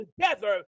together